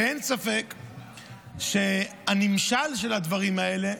אין ספק שהנמשל של הדברים האלה,